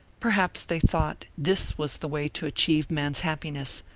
perhaps they thought this was the way to achieve man's happiness,